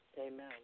Amen